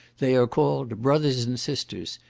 they are called brothers and sisters,